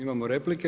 Imamo replike.